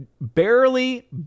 barely